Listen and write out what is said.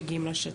מגיעים לשטח.